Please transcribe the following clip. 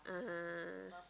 ah